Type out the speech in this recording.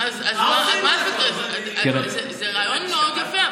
אני חושבת שזה רעיון מאוד יפה,